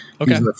Okay